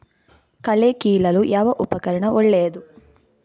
ಕಳೆ ಕೀಳಲು ಯಾವ ಉಪಕರಣ ಒಳ್ಳೆಯದು?